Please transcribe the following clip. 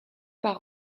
par